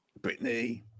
Britney